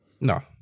No